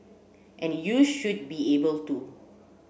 and you should be able to